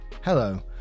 Hello